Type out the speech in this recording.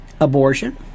abortion